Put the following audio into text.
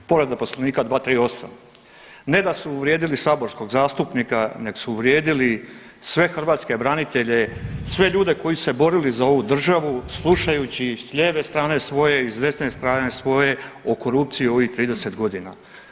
Povreda poslovnika 238., ne da su uvrijedili saborskog zastupnika nego su uvrijedili sve hrvatske branitelje, sve ljude koji su se borili za ovu državu slušajući i s lijeve strane svoje i s desne strane svoje o korupciji u ovih 30 godina.